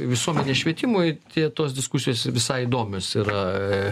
visuomenės švietimui tie tos diskusijos visai įdomios yra